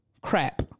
crap